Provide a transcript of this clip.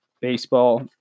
baseball